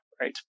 right